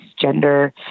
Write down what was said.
gender